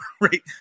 right